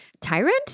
tyrant